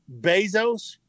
Bezos